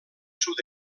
sud